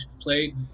play